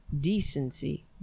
decency